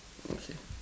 no sheep